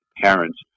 parents